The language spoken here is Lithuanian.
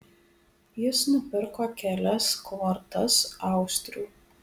jis nupirko kelias kvortas austrių